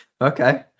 Okay